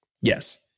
Yes